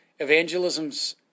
evangelisms